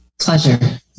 pleasure